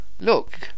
look